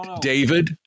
David